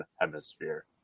hemisphere